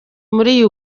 muri